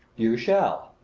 you shall,